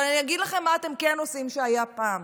אבל אני אגיד לכם מה אתם כן עושים שהיה פעם,